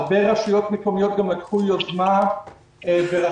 הרבה רשויות מקומיות גם לקחו יוזמה ורכשו